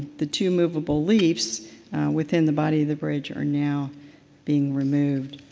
the two movable leaves within the body of the bridge are now being renewed.